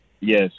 Yes